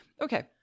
Okay